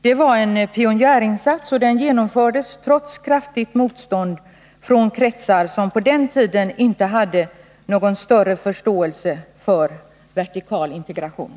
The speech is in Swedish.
Det var en pionjärinsats, och den genomfördes trots kraftigt motstånd från kretsar som på den tiden inte hade någon förståelse för vertikal integration.